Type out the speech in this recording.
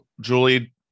Julie